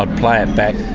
i'd play it back,